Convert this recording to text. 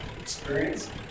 experience